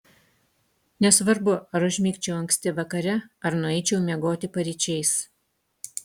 nesvarbu ar užmigčiau anksti vakare ar nueičiau miegoti paryčiais